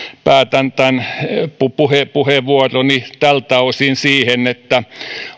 päätän tämän puheenvuoroni tältä osin siihen että